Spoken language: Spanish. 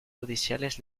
judiciales